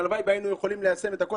והלוואי והיינו יכולים ליישם את הכול.